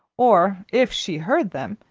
or, if she heard them,